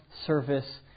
service